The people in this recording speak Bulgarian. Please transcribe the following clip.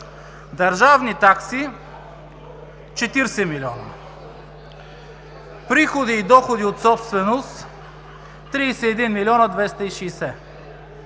държавни такси – 40 милиона; приходи и доходи от собственост – 31 млн. 260 хил.